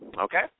okay